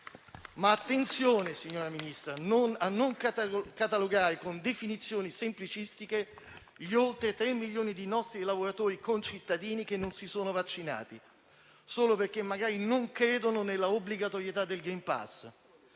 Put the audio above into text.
Attenzione, però, signora Ministra, a non catalogare con definizioni semplicistiche gli oltre tre milioni di lavoratori nostri concittadini che non si sono vaccinati, solo perché magari non credono nell'obbligatorietà del *green pass*.